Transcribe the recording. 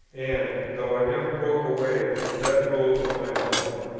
and, though i never broke away from that rule of my mind,